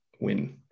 win